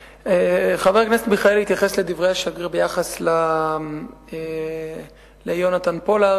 חבר הכנסת מיכאלי התייחס לדברי השגריר ביחס ליונתן פולארד.